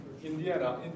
Indiana